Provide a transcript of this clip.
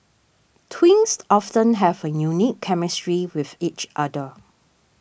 twins often have a unique chemistry with each other